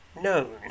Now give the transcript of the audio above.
known